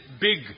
big